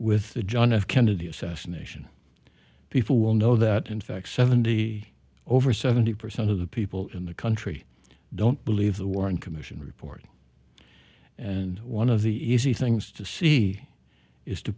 with the john f kennedy assassination people will know that in fact seventy over seventy percent of the people in the country don't believe the warren commission report and one of the easy things to see is to